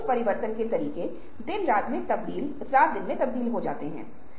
एक बात याद रखें कि हर किसी का दायाँ दिमाग होता है